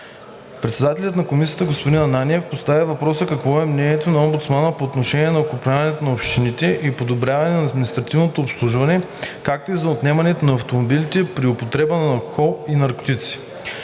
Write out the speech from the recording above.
Председателят на Комисията господин Настимир Ананиев постави въпрос какво е мнението на омбудсмана по отношение на окрупняването на общините и подобряване на административното обслужване, както и за отнемането на автомобилите при употребата на алкохол и наркотици.